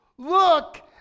Look